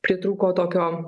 pritrūko tokio